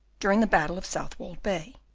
during the battle of southwold bay,